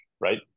Right